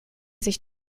sich